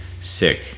sick